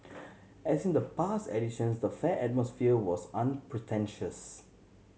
as in the past editions the fair atmosphere was unpretentious